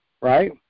Right